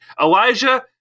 Elijah